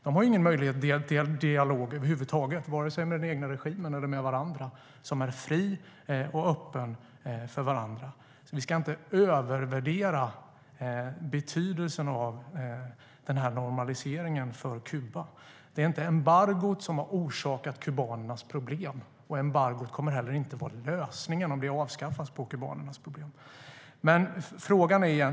De har ingen möjlighet till fri och öppen dialog över huvud taget, varken med den egna regimen eller med varandra, så vi ska inte övervärdera normaliseringens betydelse för Kuba. Det är inte embargot som har orsakat kubanernas problem. Det kommer heller inte att lösa deras problem om det avskaffas.